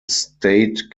state